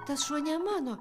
tas šuo ne mano